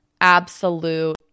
absolute